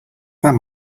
that